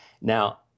Now